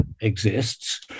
exists